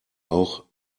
auch